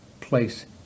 place